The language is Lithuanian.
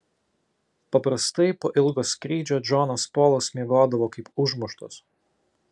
paprastai po ilgo skrydžio džonas polas miegodavo kaip užmuštas